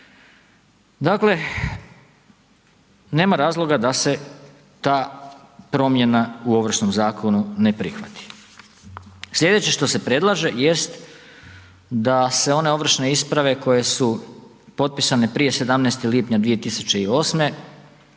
Dakle, nema razloga da se ta promjena u Ovršnom zakonu ne prihvati. Slijedeće što se predlaže jest da se one ovršne isprave koje su potpisane prije 17. lipnja 2008.